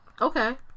Okay